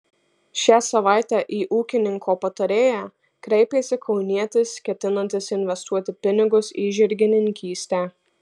šią savaitę į ūkininko patarėją kreipėsi kaunietis ketinantis investuoti pinigus į žirgininkystę